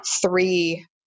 three